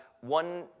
one